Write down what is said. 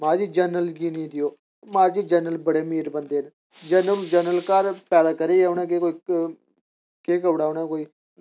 माराज जनरल गी निं देओ माराज जी जनरल बड़े मीर बंदे जनरल जनरल घर पैदा करियै उ'नें केह् करी ओड़ेआ उ'नें कोई गुनाह् केह् देई ओड़ो उ'नें